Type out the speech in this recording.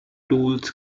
tools